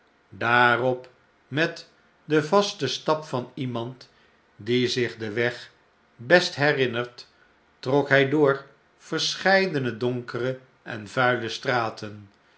daarop met den vasten stap van iemand die zich den weg best herinnert trok hij door verscheidene donkere en vuile straten